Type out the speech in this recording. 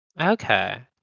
Okay